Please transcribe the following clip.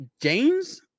James